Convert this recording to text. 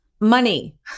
money